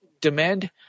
demand